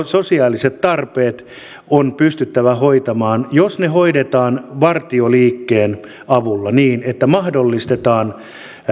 sosiaaliset tarpeet on pystyttävä hoitamaan niin jos ne hoidetaan vartioliikkeen avulla niin että mahdollistetaan